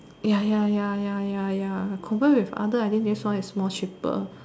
ya ya ya ya ya ya compare with other I think this one is more cheaper